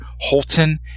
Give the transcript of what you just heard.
Holton